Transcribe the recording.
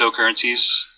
cryptocurrencies